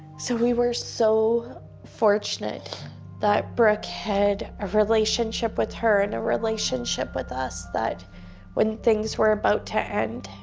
so we were so fortunate that brooke had a relationship with her and a relationship with us that when things were about to end,